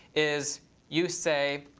is you say,